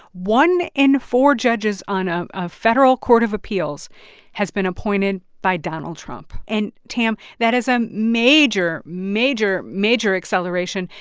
one in four judges on ah a federal court of appeals has been appointed by donald trump. and, tam, that is a major, major, major acceleration.